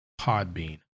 Podbean